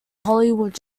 hollywood